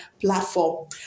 platform